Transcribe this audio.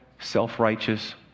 self-righteous